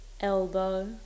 elbow